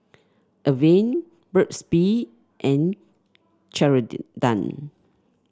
Avene Burt's Bee and